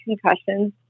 concussions